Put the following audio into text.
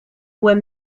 were